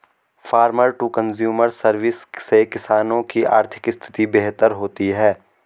farmer to consumer service से किसानों की आर्थिक स्थिति बेहतर होती है